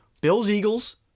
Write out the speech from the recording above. Bills-Eagles